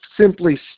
simply